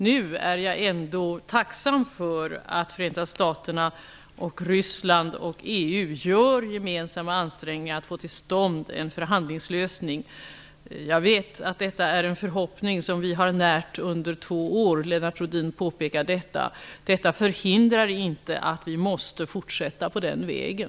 Nu är jag ändå tacksam för att Förenta staterna, Ryssland och EU gör gemensamma ansträngningar för att få till stånd en förhandlingslösning. Jag vet att detta är en förhoppning som vi har närt under två år, vilket Lennart Rohdin påpekade, men det hindrar inte att vi fortsätter på den vägen.